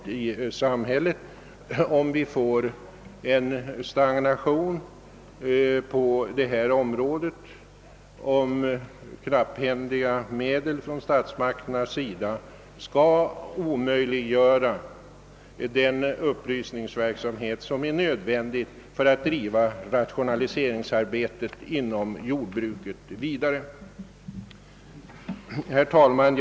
Vi måste undvika en stagnation i fråga om försöksarbetet, så att statsmakterna inte genom en överdriven sparsamhet lägger hinder i vägen för den upplysningsverksamhet som är nödvändig för ytterligare utveckling av vårt jordbruk. Herr talman!